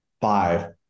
five